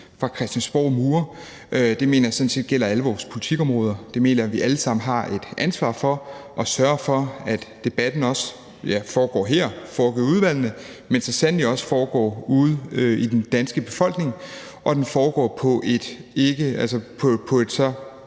for Christiansborgs mure, og det mener jeg sådan set gælder alle vores politikområder. Jeg mener, at vi alle sammen har et ansvar for at sørge for, at debatten foregår her, foregår i udvalgene, men så sandelig også foregår ude i den danske befolkning, og at den foregår på et så